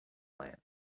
plan